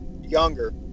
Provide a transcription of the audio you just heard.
younger